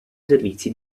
servizi